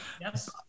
Yes